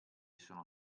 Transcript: sono